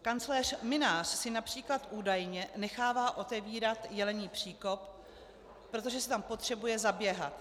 Kancléř Mynář si například, údajně, nechává otevírat Jelení příkop, protože si tam potřebuje zaběhat.